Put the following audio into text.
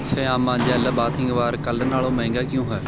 Fiama gel bathing bar ਕੱਲ੍ਹ ਨਾਲ਼ੋਂ ਮਹਿੰਗਾ ਕਿਉਂ ਹੈ